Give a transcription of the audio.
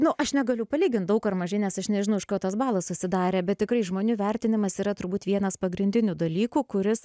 nu aš negaliu palygint daug ar mažai nes aš nežinau iš ko tas balas susidarė bet tikrai žmonių vertinimas yra turbūt vienas pagrindinių dalykų kuris